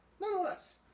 nonetheless